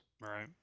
Right